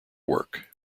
work